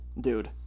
dude